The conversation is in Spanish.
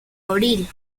abril